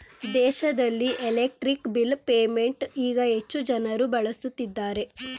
ದೇಶದಲ್ಲಿ electric bill payment ಈಗ ಹೆಚ್ಚು ಜನರು ಬಳಸುತ್ತಿದ್ದಾರೆ